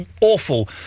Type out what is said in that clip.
awful